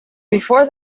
before